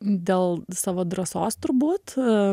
dėl savo drąsos turbūt